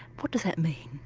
what does that mean?